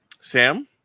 Sam